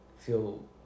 feel